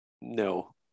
No